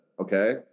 okay